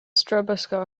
stroboscope